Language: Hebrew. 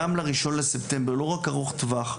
גם ל-1 בספטמבר לא רק ארוך טווח.